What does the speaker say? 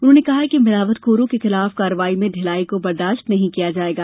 उन्होंने कहा कि मिलावटखोरों के विरूद्व कार्रवाई में ढ़िलाई को बर्दाश्त नहीं किया जायेगा